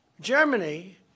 Germany